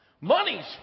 Money's